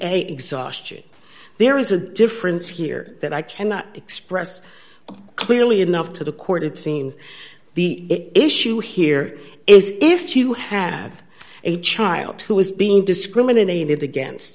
a exhaustion there is a difference here that i cannot express clearly enough to the court it seems the issue here is if you have a child who is being discriminated against